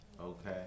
Okay